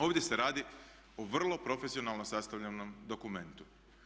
Ovdje se radi o vrlo profesionalno sastavljenom dokumentu.